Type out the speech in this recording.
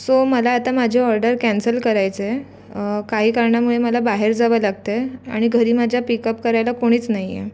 so मला आता माझी ऑर्डर कॅन्सल करायचं आहे काही कारणामुळं मला बाहेर जावं लागतं आहे आणि घरी माझ्या पिकप करायला कुणीच नाही आहे